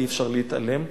אי-אפשר להתעלם.